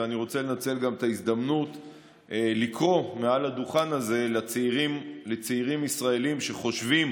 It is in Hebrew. ואני רוצה לנצל את ההזדמנות לקרוא מעל הדוכן הזה לצעירים ישראלים שחושבים